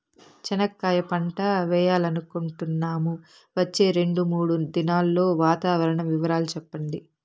చెనక్కాయ పంట వేయాలనుకుంటున్నాము, వచ్చే రెండు, మూడు దినాల్లో వాతావరణం వివరాలు చెప్పండి?